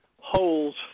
holes